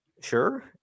sure